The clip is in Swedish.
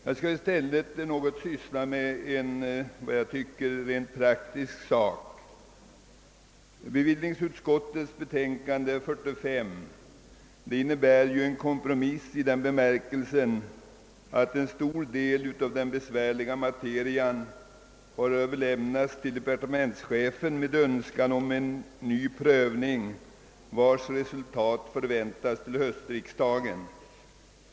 Jag skall i stället något syssla med en som jag tycker rent praktisk sak. Hemställan i bevillningsutskottets betänkande nr 45 innebär en kompromiss i den bemärkelsen, att en stor del av den besvärliga materian har överlämnats till departementschefen med önskan om en ny prövning, vars resultat förväntas till höstriksdagen.